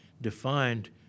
defined